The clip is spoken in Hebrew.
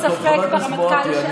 אתה מטיל ספק ברמטכ"ל לשעבר,